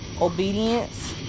obedience